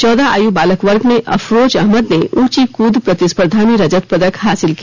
चौदह आय् बालक वर्ग में अफरोज अहमद ने ऊंची कृद प्रतिस्पर्धा में रजत पदक हासिल किया